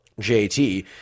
JT